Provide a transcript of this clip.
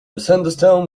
thunderstorm